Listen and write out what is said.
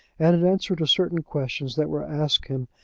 and, in answer to certain questions that were asked him,